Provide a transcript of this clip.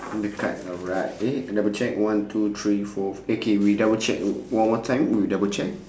on the cards alright K we double check one two three four fi~ okay we double check o~ one more time we double check